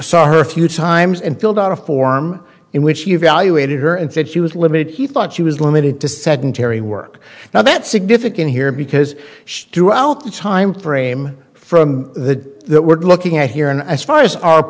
saw her a few times and filled out a form in which you valuated her and said he was limited he thought she was limited to sedentary work now that significant here because she threw out the timeframe from the that we're looking at here and as far as our